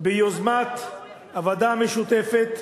ביוזמת הוועדה המשותפת,